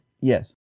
Yes